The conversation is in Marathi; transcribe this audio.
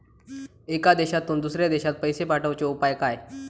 एका देशातून दुसऱ्या देशात पैसे पाठवचे उपाय काय?